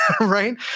right